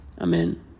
Amen